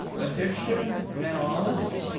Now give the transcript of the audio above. addiction, mental illness?